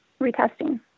retesting